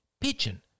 pigeon